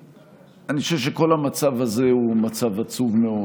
אני חושב שכל המצב הזה הוא מצב עצוב מאוד.